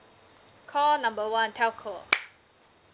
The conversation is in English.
call number one telco